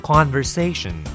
Conversation